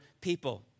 people